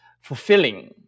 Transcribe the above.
fulfilling